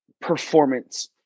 performance